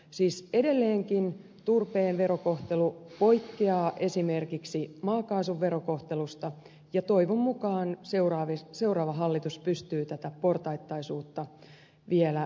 siis edelleenkin turpeen verokohtelu poikkeaa esimerkiksi maakaasun verokohtelusta ja toivon mukaan seuraava hallitus pystyy tätä portaittaisuutta vielä kiristämään